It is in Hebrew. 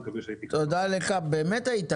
חברת הכנסת